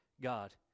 God